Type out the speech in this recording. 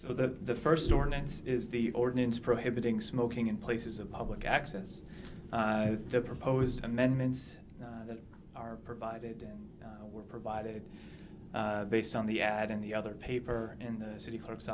so the first ordinance is the ordinance prohibiting smoking in places of public access the proposed amendments that are provided and were provided based on the ad and the other paper in the city clerk